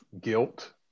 guilt